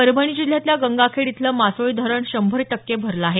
परभणी जिल्ह्यातल्या गंगाखेड इथलं मासोळी धरण शंभर टक्के भरलं आहे